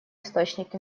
источник